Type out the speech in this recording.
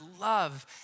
love